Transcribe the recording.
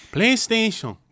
PlayStation